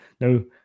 no